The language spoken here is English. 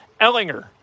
Ellinger